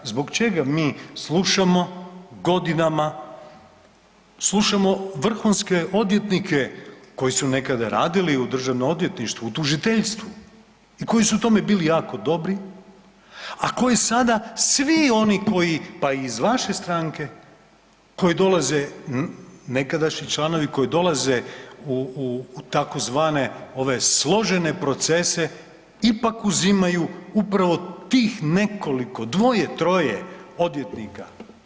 Zbog čega mi slušamo godinama, slušamo vrhunske odvjetnike koji su nekada radili u Državnom odvjetništvu, u tužiteljstvu i koji su u tome bili jako dobri, a koje sada svi oni koji pa i iz vaše stranke koji dolaze nakadašnji članovi koji dolaze u tzv. ove složene procese ipak uzimaju upravo tih nekoliko dvoje, troje odvjetnika.